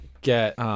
get